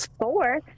four